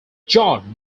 john